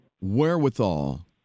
wherewithal